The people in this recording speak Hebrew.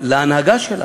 בחשיבה.